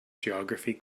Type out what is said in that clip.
geography